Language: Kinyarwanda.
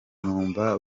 numva